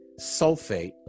sulfate